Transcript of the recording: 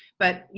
but, you